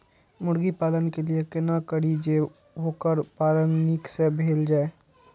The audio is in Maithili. मुर्गी पालन के लिए केना करी जे वोकर पालन नीक से भेल जाय?